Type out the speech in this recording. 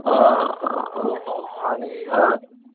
आं आनी हय